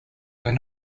were